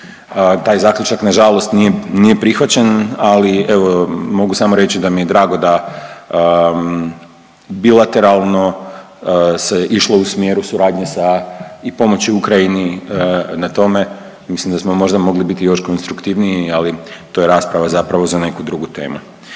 Taj zaključak nažalost nije, nije prihvaćen, ali evo mogu samo reći da mi je drago da bilateralno se išlo u smjeru suradnje sa i pomoći Ukrajini na tome, mislim da smo možda mogli biti još konstruktivniji, ali to je rasprava zapravo za neku drugu temu.